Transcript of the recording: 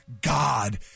god